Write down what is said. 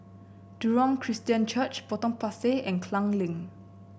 Jurong Christian Church Potong Pasir and Klang Lane